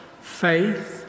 faith